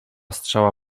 strzała